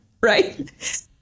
right